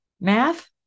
Math